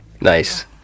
nice